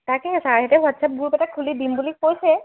তাকেহে ছাৰ হঁতে WhatsApp group এটা খুলি দিম বুলি কৈছে